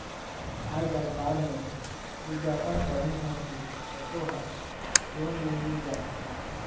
आएज अखबार में बिग्यापन पढ़े हों कि ऑटो हर लोन में मिल जाथे